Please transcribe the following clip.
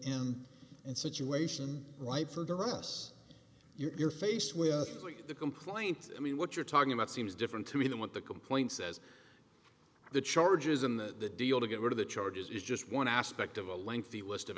in and situation right for the rest you're faced with the complaint i mean what you're talking about seems different to me than what the complaint says the charges in the deal to get rid of the charges is just one aspect of a lengthy list